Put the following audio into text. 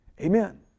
Amen